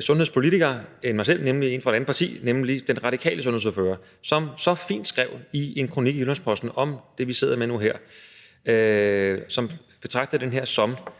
sundhedspolitiker end mig selv, nemlig en fra et andet parti, og det er den radikale sundhedsordfører, som så fint i en kronik i Jyllands-Posten beskrev det, vi sidder med her, og han sammenlignede det her med